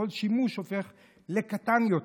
בכל שימוש הוא הופך לקטן יותר.